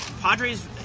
Padres